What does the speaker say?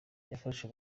yafashe